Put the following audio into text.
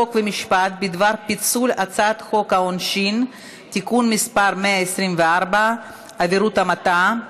חוק ומשפט בדבר פיצול הצעת חוק העונשין (תיקון מס' 124) (עבירות המתה),